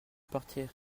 partir